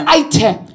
item